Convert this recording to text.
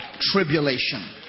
Tribulation